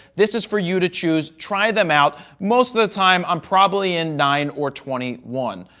this is for you to choose. try them out. most of the time i'm probably in nine or twenty one.